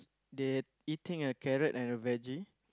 they eating a carrot and a veggie